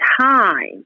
time